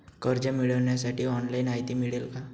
कर्ज मिळविण्यासाठी ऑनलाइन माहिती मिळेल का?